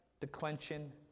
declension